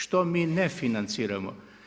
Što mi ne financiramo?